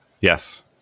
Yes